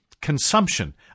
consumption